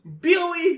billy